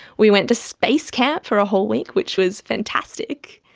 we went to space camp for a whole week, which was fantastic.